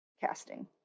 casting